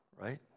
right